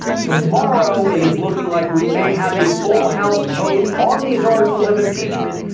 tomorrow it is looking like we may have a full house vote on these articles of impeachment,